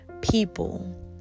people